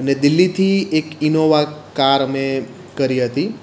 અને દિલ્લીથી એક ઇનોવા કાર અમે કરી હતી